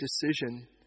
decision